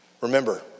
Remember